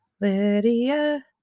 Lydia